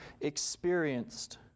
experienced